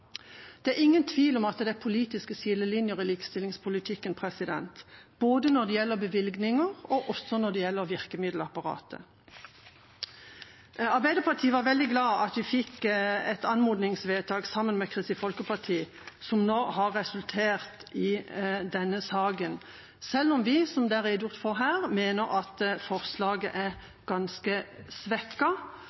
Det er ingen tvil om at det er politiske skillelinjer i likestillingspolitikken, både når det gjelder bevilgninger, og når det gjelder virkemiddelapparatet. Arbeiderpartiet var veldig glad for at vi fikk et anmodningsvedtak sammen med Kristelig Folkeparti som nå har resultert i denne saken, selv om vi, som det er redegjort for her, mener at forslaget er ganske